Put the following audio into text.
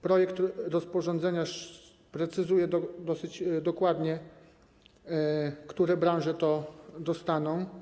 Projekt rozporządzenia precyzuje dosyć dokładnie, które branże je dostaną.